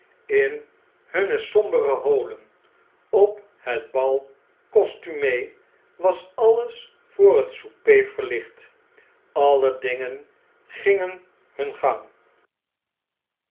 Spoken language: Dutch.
in hunne sombere holen op het bal c o s t u m e was alles voor het souper verlicht alle dingen gingen hun gang